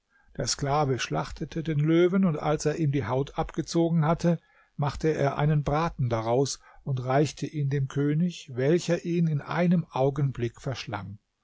der sklave schlachtete den löwen und als er ihm die haut abgezogen hatte machte er einen braten daraus und reichte ihn dem könig welcher ihn in einem augenblick verschlang